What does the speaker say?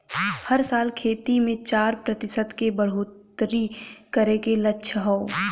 हर साल खेती मे चार प्रतिशत के बढ़ोतरी करे के लक्ष्य हौ